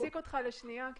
אני